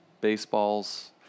baseballs